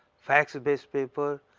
fax base paper,